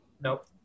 Nope